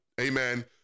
amen